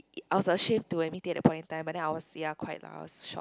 I was ashamed to admit it at that point of time but then I was ya quite lah I was shocked